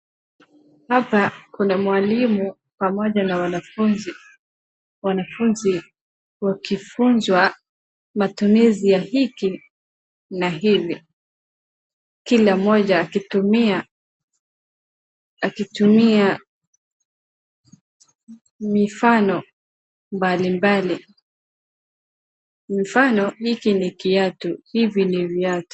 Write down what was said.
Hapa kuna mwalimu pamoja na wanafunzi, wanafunzi wakifunzwa matumizi ya hiki na hivi kila mmoja akitumia mifano mbalimbali. mfano; hiki ni kiatu; hivi ni viatu.